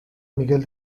miguel